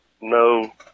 No